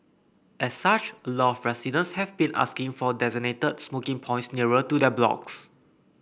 as such a lot of residents have been asking for designated smoking points nearer to their blocks